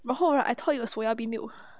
然后 I thought is soya bean milk